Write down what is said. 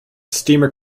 steamer